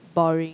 boring